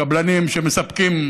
קבלנים שמספקים